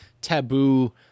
taboo